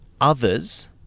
others